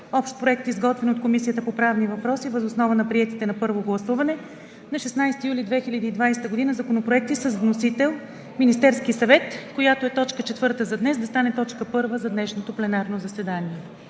Общ проект, изготвен от Комисията по правни въпроси въз основа на приетите на първо гласуване на 16 юли 2020 г. законопроекти с вносител Министерският съвет“, която е точка четвърта за днес, да стане точка първа за днешното пленарно заседание.